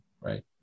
Right